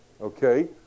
Okay